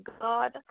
god